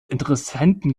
interessenten